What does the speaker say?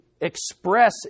express